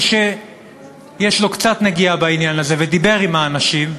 מי שיש לו קצת נגיעה בעניין הזה ודיבר עם האנשים,